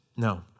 No